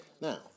Now